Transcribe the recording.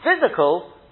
physical